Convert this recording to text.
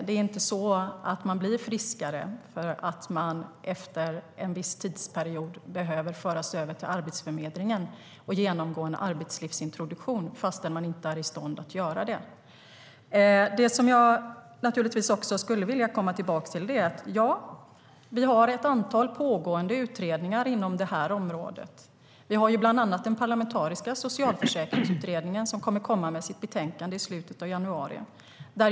Det är inte så att man blir friskare därför att man efter en viss tid behöver föras över till Arbetsförmedlingen och genomgå en arbetslivsintroduktion fast man inte är i stånd att göra det. Det jag skulle vilja komma tillbaka till är: Ja, vi har ett antal pågående utredningar inom det här området. Vi har bland annat den parlamentariska socialförsäkringsutredningen, som kommer med sitt betänkande i slutet av januari.